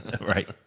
Right